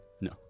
No